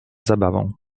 zabawą